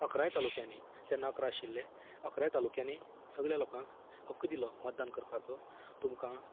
इकराय तालुक्यांनी तेन्ना इकरा आशिल्ले इकराय तालुक्यांनी सगळ्यां लोकांक हक्क दिलो मतदान करपाचो तुमकां